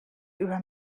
über